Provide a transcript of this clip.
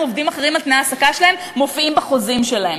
עובדים אחרים על תנאי ההעסקה שלהם מופיעים בחוזים שלהם.